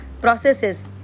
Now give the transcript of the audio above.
processes